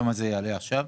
כמה זה יעלה עכשיו?